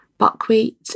Buckwheat